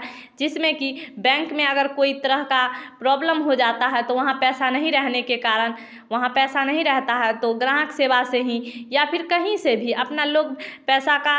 जिसमें कि बैंक में अगर कोई तरह का प्रॉब्लम हो जाता है तो वहाँ पैसा नहीं रहने के कारण वहाँ पैसा नहीं रहता है तो ग्राहक सेवा से ही या फिर कहीं से भी अपना लोग पैसा का